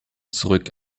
zurück